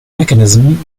mechanism